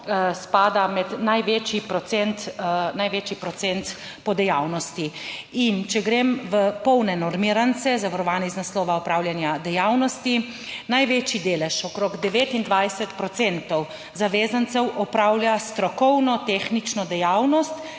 procent, največji procent po dejavnosti. In če grem v polne normirance, zavarovanje iz naslova opravljanja dejavnosti, največji delež, okrog 29 procentov zavezancev opravlja strokovno tehnično dejavnost,